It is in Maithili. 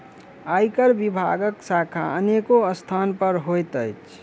आयकर विभागक शाखा अनेको स्थान पर होइत अछि